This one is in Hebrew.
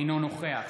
אינו נוכח